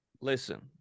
listen